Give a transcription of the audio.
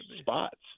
spots